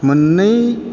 मोननै